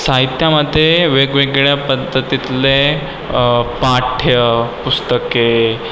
साहित्यामध्ये वेगवेगळ्या पद्धतीतले पाठ्य पुस्तके